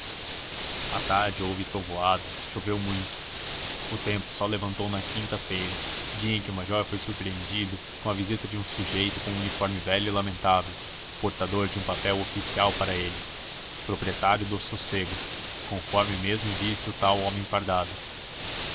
à tarde houve trovoada choveu muito o tempo só levantou na quinta-feira dia em que o major foi surpreendido com a visita de um sujeito com um uniforme velho e lamentável portador de um papel oficial para ele proprietário do sossego conforme mesmo disse o tal homem fardado